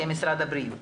כמשרד הבריאות.